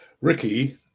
Ricky